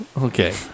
okay